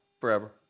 forever